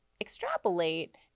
extrapolate